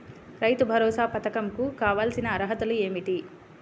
రైతు భరోసా పధకం కు కావాల్సిన అర్హతలు ఏమిటి?